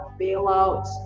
Bailouts